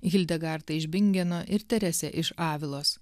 hildegarta iš bingeno ir terese iš avilos